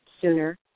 sooner